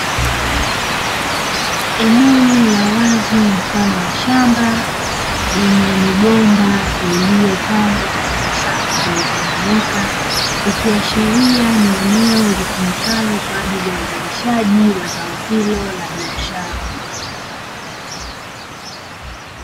Eneo la wazi mfano wa shamba lenye migomba iliyopangwa katika safu zilizonyooka, ikiashiria ni eneo linalotumika kwa ajili ya uzalishaji wa zao hilo la bishara.